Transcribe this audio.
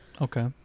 Okay